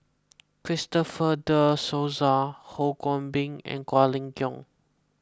Christopher De Souza Ho Kwon Ping and Quek Ling Kiong